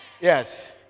yes